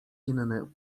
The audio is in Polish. inny